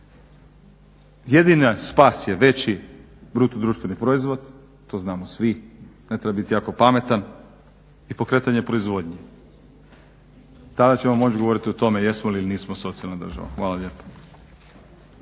Jedini spas je veći bruto društveni proizvod. To znamo svi, ne treba biti jako pametan i pokretanje proizvodnje. Tada ćemo moći govoriti o tome jesmo li ili nismo socijalna država. Hvala lijepa.